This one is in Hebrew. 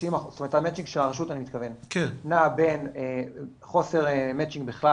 המצ'ינג של הרשות נע בין חוסר מצ'ינג בכלל